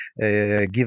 give